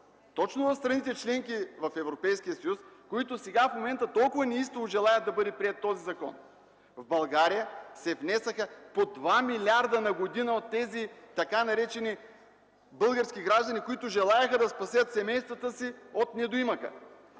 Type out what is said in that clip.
точно в страните –членки на Европейския съюз, които сега, в момента толкова неистово желаят да бъде приет този закон. В България се внасяха по два милиарда на година от тези така наречени български граждани, които желаеха да спасят семействата си от недоимък.